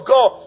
God